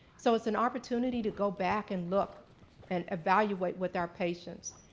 so it's an opportunity to go back and look and evaluate with our patients.